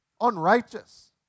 unrighteous